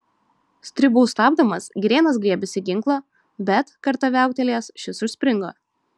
stribų stabdomas girėnas griebėsi ginklo bet kartą viauktelėjęs šis užspringo